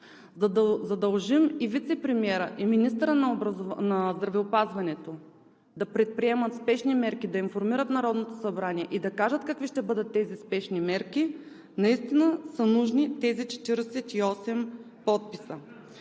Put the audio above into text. за да задължим и вицепремиера, и министъра на здравеопазването да предприемат спешни мерки, да информират Народното събрание и да кажат какви са тези спешни мерки, наистина са нужни тези 48 подписа.